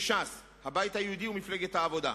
כש"ס, הבית היהודי ומפלגת העבודה,